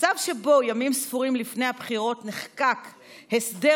"מצב שבו ימים ספורים לפני הבחירות נחקק הסדר